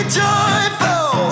joyful